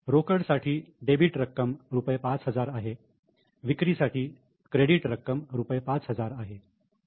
रोकड साठी डेबिट रक्कम रुपये 5000 आहे विक्री साठी क्रेडिट रक्कम रुपये 5000 आहे